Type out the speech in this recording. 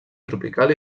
tropical